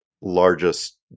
largest